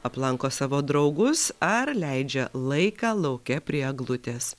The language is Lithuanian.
aplanko savo draugus ar leidžia laiką lauke prie eglutės